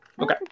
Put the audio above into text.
Okay